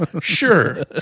sure